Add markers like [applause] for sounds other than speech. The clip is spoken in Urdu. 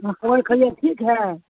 ہاں [unintelligible] ٹھیک ہے